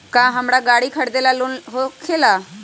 का हमरा गारी खरीदेला लोन होकेला?